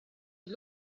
you